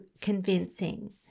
convincing